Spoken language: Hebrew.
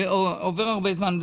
ועובר הרבה זמן,